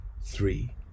three